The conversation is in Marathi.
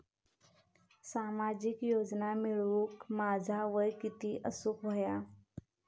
सामाजिक योजना मिळवूक माझा वय किती असूक व्हया?